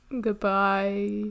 Goodbye